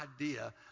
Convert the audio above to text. idea